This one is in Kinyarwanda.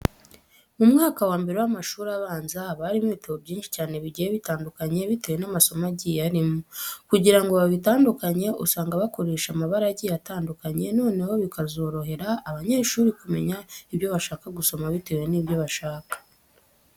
Mu mwaka wa mbere w'amashuri abanza haba harimo ibitabo byinshi cyane bigiye bitandukanye bitewe n'amasomo agiye arimo. Kugira ngo babitandukanye usanga bakoresha amabara agiye atandukanye, noneho bikazorohera abanyeshuri kumenya ibyo bashaka gusoma bitewe n'ibyo bashaka.